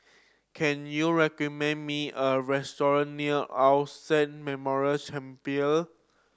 can you recommend me a restaurant near All Saint Memorial Chapel